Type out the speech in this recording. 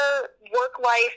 work-life